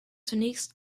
zunächst